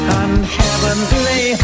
unheavenly